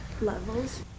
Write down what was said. levels